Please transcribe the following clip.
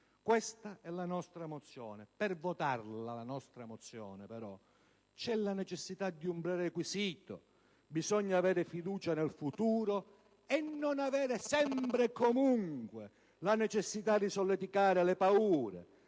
Questa è la nostra mozione. Per votarla, però, è necessario un pre-requisito: bisogna avere fiducia nel futuro e non avere - sempre e comunque - la necessità di solleticare le paure,